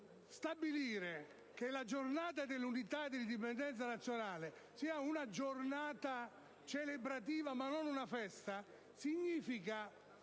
Stabilire che la Giornata dell'unità e dell'indipendenza nazionale sia celebrativa e non una festa significa